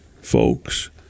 folks